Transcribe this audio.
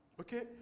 Okay